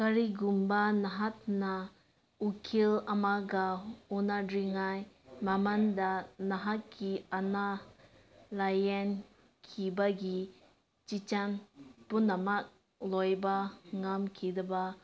ꯀꯔꯤꯒꯨꯝꯕ ꯅꯍꯥꯛꯅ ꯎꯀꯤꯜ ꯑꯃꯒ ꯎꯅꯗ꯭ꯔꯤꯉꯩ ꯃꯃꯥꯡꯗ ꯅꯍꯥꯛꯀꯤ ꯑꯅꯥ ꯂꯥꯏꯌꯦꯡꯈꯤꯕꯒꯤ ꯆꯦ ꯆꯥꯡ ꯄꯨꯝꯅꯃꯛ ꯂꯣꯏꯕ ꯉꯝꯈꯤꯗꯕ